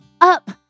up